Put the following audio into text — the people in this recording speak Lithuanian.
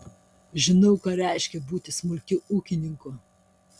žinau ką reiškia būti smulkiu ūkininku